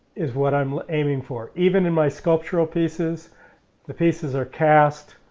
is what i'm aiming for, even in my sculptural pieces the pieces are cast,